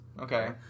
Okay